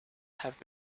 have